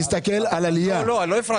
תסתכל על העלייה.